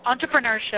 entrepreneurship